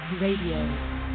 Radio